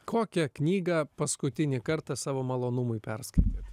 kokią knygą paskutinį kartą savo malonumui perskaitėt